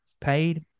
paid